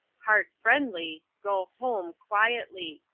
part friendly, go home quietly.